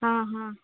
आं हां